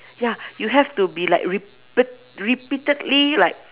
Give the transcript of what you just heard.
ya you have to be like repet~ repeatedly like